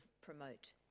promote